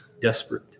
desperate